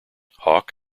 hawk